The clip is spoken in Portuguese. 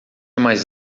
mais